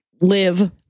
live